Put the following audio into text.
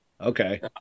Okay